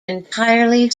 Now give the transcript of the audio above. entirely